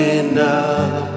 enough